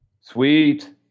Sweet